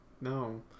No